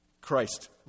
Christ